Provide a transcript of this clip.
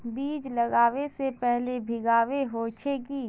बीज लागबे से पहले भींगावे होचे की?